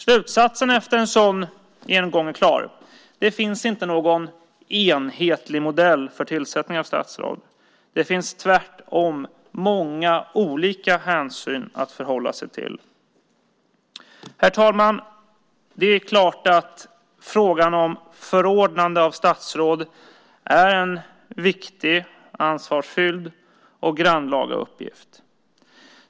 Slutsatsen efter att en sådan genomgång är klar är att det inte finns någon enhetlig modell för tillsättning av statsråd. Det finns tvärtom många olika hänsyn att förhålla sig till. Herr talman! Det är klart att förordnande av statsråd är en viktig, ansvarsfylld och grannlaga uppgift.